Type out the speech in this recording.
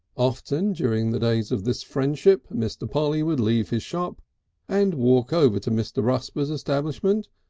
often during the days of this friendship mr. polly would leave his shop and walk over to mr. rusper's establishment,